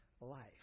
life